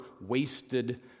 wasted